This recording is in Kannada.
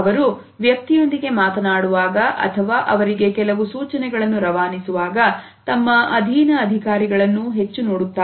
ಅವರು ವ್ಯಕ್ತಿಯೊಂದಿಗೆ ಮಾತನಾಡುವಾಗ ಅಥವಾ ಅವರಿಗೆ ಕೆಲವು ಸೂಚನೆಗಳನ್ನು ರವಾನಿಸುವಾಗ ತಮ್ಮ ಅಧೀನ ಅಧಿಕಾರಿಗಳನ್ನು ಹೆಚ್ಚು ನೋಡುತ್ತಾರೆ